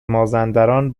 مازندران